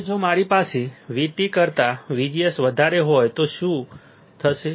હવે જો મારી પાસે VT કરતા VGS વધારે હોય તો પછી શું થશે